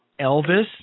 Elvis